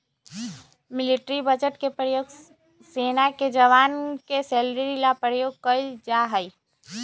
military budget के प्रयोग सेना के जवान के सैलरी ला प्रयोग कइल जाहई